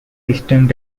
eastern